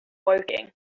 woking